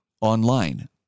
online